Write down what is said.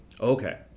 Okay